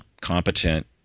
competent